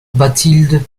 bathilde